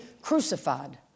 crucified